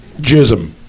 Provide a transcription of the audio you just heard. Jism